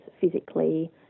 physically